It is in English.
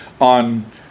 on